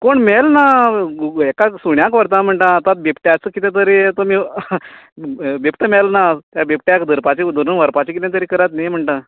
कोण मेल ना येका सुण्याक व्हरतात म्हणटात तो आतां बिबट्याचो किद तरी तुमी बिबटो मेल ना त्या बिबट्याक धरूपाचे धरून व्हरपाचो किद तरी करात व्ही म्हणटात